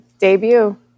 debut